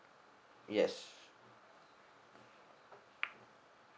yes